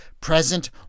present